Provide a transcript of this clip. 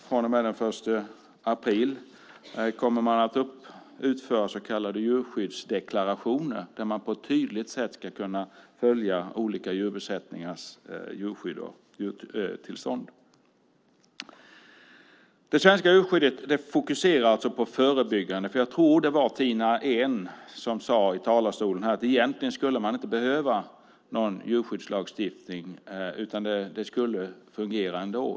Från och med den 1 april kommer man att utföra så kallade djurskyddsdeklarationer, där man på ett tydligt sätt ska kunna följa olika djurbesättningars tillstånd. Det svenska djurskyddet fokuserar på det förebyggande. Jag tror det var Tina Ehn som sade i talarstolen här att egentligen skulle man inte behöva någon djurskyddslagstiftning. Det skulle fungera ändå.